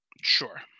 Sure